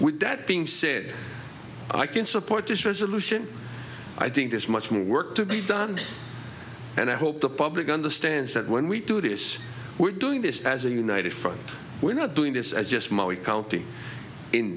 with that being said i can support this resolution i think there's much more work to be done and i hope the public understands that when we do this we're doing this as a united front we're not doing this as just money count